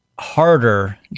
Harder